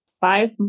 five